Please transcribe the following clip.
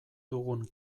dugun